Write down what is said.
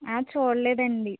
ఆ చూడలేదండి